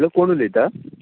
आं कोण उलयता